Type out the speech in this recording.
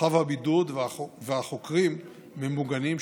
חב הבידוד והחוקרים ממוגנים,